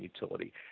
utility